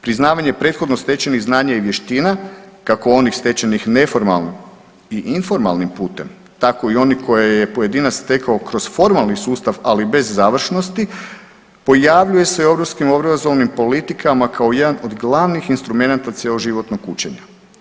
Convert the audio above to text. Priznavanje prethodno stečenih znanja i vještina kako onih stečenih neformalno i informalnim putem, tako i oni koje je pojedinac stekao kroz formalni sustav ali bez završnosti, pojavljuje se u europskim obrazovnim politikama kao jedan od glavnih instrumenata cjeloživotnog učenja.